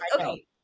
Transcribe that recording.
Okay